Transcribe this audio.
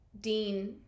Dean